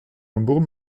nombreux